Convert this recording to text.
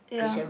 yeah